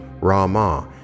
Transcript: Ra-Ma